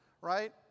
right